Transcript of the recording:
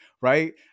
right